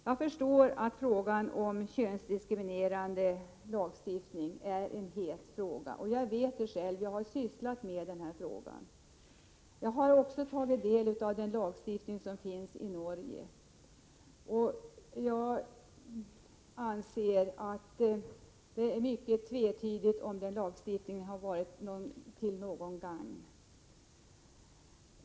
Jag förstår att könsdiskriminerande lagstiftning är en het fråga. Jag vet det, eftersom jag själv har sysslat med den frågan. Jag har också tagit del av den lagstiftning som finns i Norge och tvivlar på att den lagstiftningen har varit till någon nytta.